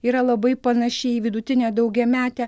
yra labai panaši į vidutinę daugiametę